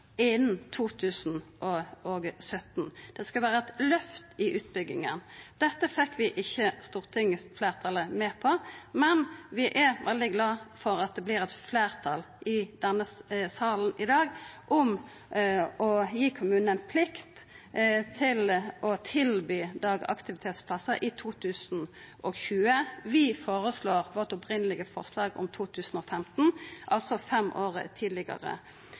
innan 2017. Det skal vera et løft i utbygginga. Dette fekk vi ikkje stortingsfleirtalet med på, men vi er veldig glade for at det vert eit fleirtal i denne salen i dag for å gi kommunen ei plikt til å tilby dagaktivitetsplassar i 2020. Vi føreslår i vårt opphavlege forslag 2015, altså fem år tidlegare.